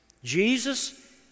Jesus